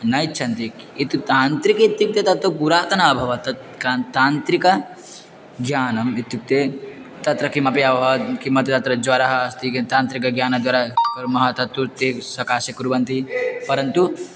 न इच्छन्ति इत्युक्त्वा तान्त्रिकम् इत्युक्ते तत्तु पुरातनम् अभवत् तत् का तान्त्रिकज्ञानम् इत्युक्ते तत्र किमपि अभवत् किमपि तत्र ज्वरः अस्ति किन्तु तान्त्रिकज्ञानद्वारा कुर्मः तत्तु ते सकाशे कुर्वन्ति परन्तु